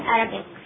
Arabic